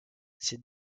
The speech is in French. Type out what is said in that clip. ces